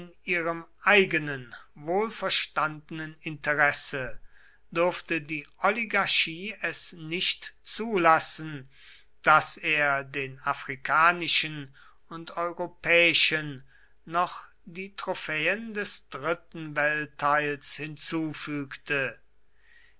ihrem eigenen wohlverstandenen interesse durfte die oligarchie es nicht zulassen daß er den afrikanischen und europäischen noch die trophäen des dritten weltteils hinzufügte